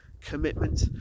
commitment